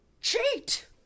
Cheat